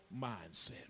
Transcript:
mindset